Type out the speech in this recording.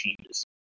changes